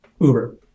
Uber